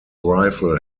rifle